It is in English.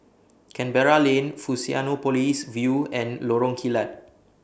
Canberra Lane Fusionopolis View and Lorong Kilat